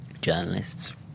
journalists